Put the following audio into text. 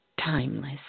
timeless